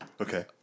Okay